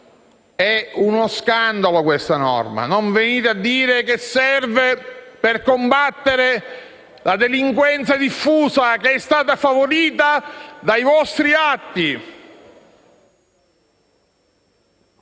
è uno scandalo questa norma! E non venite a dire che serve per combattere la delinquenza diffusa, che è stata invece favorita dai vostri atti.